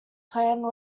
plan